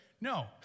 No